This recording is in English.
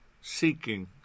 Seeking